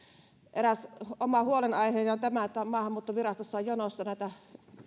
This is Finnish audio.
eräs oma huolenaiheeni on tämä että maahanmuuttovirastossa on jonossa